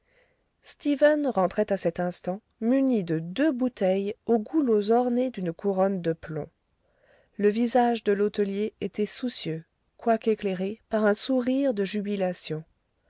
stephen rentrait à cet instant muni de deux bouteilles aux goulots ornés d'une couronne de plomb le visage de l'hôtelier était soucieux quoique éclairé par un sourire de jubilation